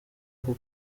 uku